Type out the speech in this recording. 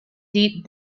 deep